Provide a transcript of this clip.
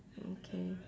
okay